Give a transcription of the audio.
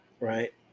right